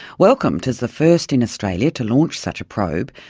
welcomed as the first in australia to launch such a probe,